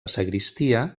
sagristia